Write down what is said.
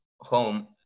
home